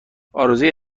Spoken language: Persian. آرزوی